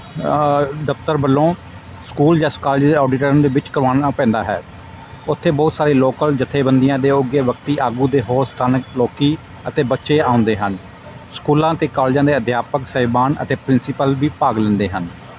ਦਫ਼ਤਰ ਵਲੋਂ ਸਕੂਲ ਜਾਂ ਕਾਲਜ ਦੇ ਔਡੀਟੋਰੀਅਮ ਦੇ ਵਿੱਚ ਕਰਵਾਉਣਾ ਪੈਂਦਾ ਹੈ ਉੱਥੇ ਬਹੁਤ ਸਾਰੇ ਲੋਕਲ ਜਥੇਬੰਦੀਆਂ ਦੇ ਉੱਘੇ ਵਿਅਕਤੀ ਆਗੂ ਦੇ ਹੋਰ ਸਥਾਨਿਕ ਲੋਕ ਅਤੇ ਬੱਚੇ ਆਉਂਦੇ ਹਨ ਸਕੂਲਾਂ ਅਤੇ ਕੋਲੇਜਾਂ ਦੇ ਅਧਿਆਪਕ ਸਾਹਿਬਾਨ ਅਤੇ ਪ੍ਰਿੰਸੀਪਲ ਵੀ ਭਾਗ ਲੈਂਦੇ ਹਨ